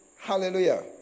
Hallelujah